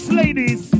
ladies